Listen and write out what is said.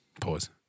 Pause